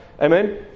Amen